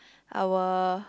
our